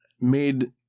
made